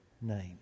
name